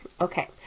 Okay